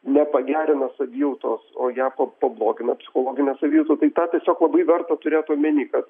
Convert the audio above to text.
nepagerina savijautos o ją pablogina psichologinę savijautą tai tą tiesiog labai verta turėt omeny kad